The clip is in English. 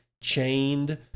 chained